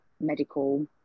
medical